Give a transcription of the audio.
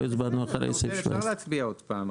לא הצבענו אחרי סעיף 17. אפשר להצביע עוד פעם,